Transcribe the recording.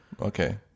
Okay